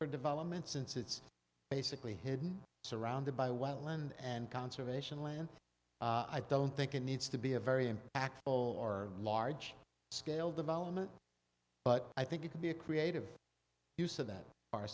for development since it's basically hidden surrounded by wetland and conservation land i don't think it needs to be a very impactful or large scale development but i think you can be a creative use of that are